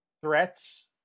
threats